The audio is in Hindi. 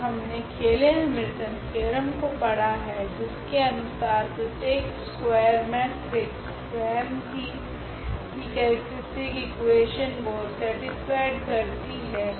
ओर हमने केयले हैमिल्टन थेओरेम को पढ़ा है जिसके अनुसार प्रत्येक स्कूआयर मेट्रिक्स स्वयं की केरेक्ट्रीस्टिक इकुवेशन को सेटीस्फायड करती है